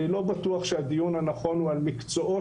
אני לא בטוח שהדיון הנכון הוא על מקצועות